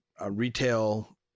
retail